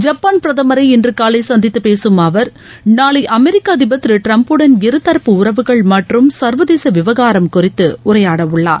Japan பிரதமரை இன்று காலை சந்தித்து பேசும் அவர் நாளை அமெரிக்க அதிபர் திரு டிரம்புடன் இருதரப்பு உறவுகள் மற்றும் சர்வதேச விவகாரம் குறித்து உரையாடவுள்ளார்